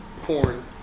porn